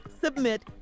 submit